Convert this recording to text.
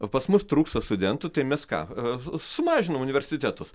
o pas mus trūksta studentų tai mes ką sumažinom universitetus